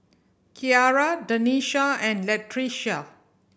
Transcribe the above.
Ciara Denisha and Latricia